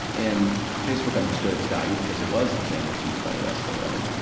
and facebook understood its value because it was the thing that's used by the rest of the world.